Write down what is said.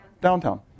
Downtown